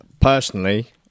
Personally